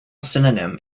synonym